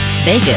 Vegas